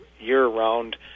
year-round